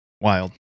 Wild